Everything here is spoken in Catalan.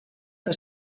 que